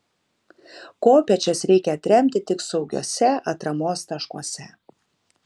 kopėčias reikia atremti tik saugiuose atramos taškuose